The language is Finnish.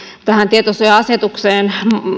tähän tietosuoja asetukseen